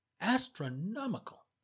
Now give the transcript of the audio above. Astronomical